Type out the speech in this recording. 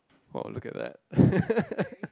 !wow! look at that